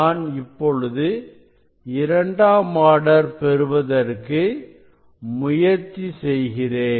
நான் இப்பொழுது இரண்டாம் ஆர்டர் பெறுவதற்கு முயற்சி செய்கிறேன்